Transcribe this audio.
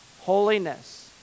holiness